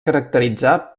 caracteritzar